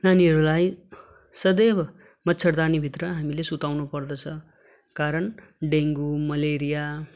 नानीहरूलाई सदैव मच्छरदानी भित्र हामीले सुताउनु पर्दछ कारण डेङ्गु मलेरिया